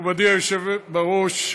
מכובדי היושב בראש,